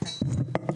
קריטית